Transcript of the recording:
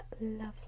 lovely